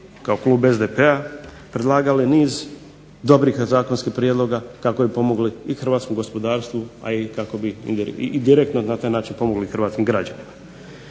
kao klub SDP-a predlagali niz dobrih zakonskih prijedloga, kako bi pomogli i hrvatskom gospodarstvu, a i kako bi i direktno na taj način pomogli hrvatskim građanima.